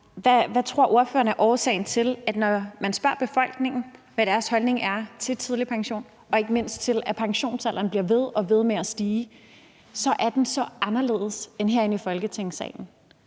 Hvad tror ordføreren er årsagen til, at når man spørger befolkningen, hvad deres holdning er til tidlig pension og ikke mindst til, at pensionsalderen bliver ved med at stige, så er deres holdning så anderledes end herinde i Folketingssalen?